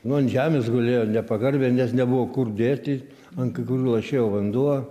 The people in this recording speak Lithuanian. nu ant žemės gulėjo nepagarbiai nes nebuvo kur dėti ant kai kurių lašėjo vanduo